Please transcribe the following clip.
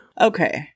Okay